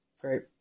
Great